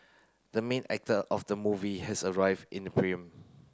the main actor of the movie has arrived in the